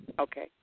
Okay